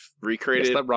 recreated